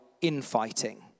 infighting